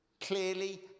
clearly